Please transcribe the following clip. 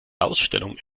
ausstellung